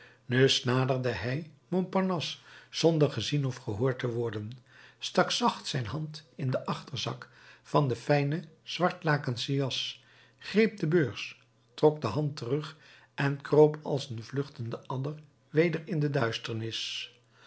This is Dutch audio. naderde hij montparnasse zonder gezien of gehoord te worden stak zacht zijn hand in den achterzak van de fijne zwartlakensche jas greep de beurs trok de hand terug en kroop als een vluchtende adder weder in de duisternis